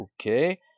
Okay